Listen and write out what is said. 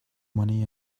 money